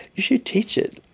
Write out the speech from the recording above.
you should teach it,